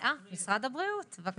אה, משרד הבריאות, בבקשה.